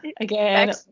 Again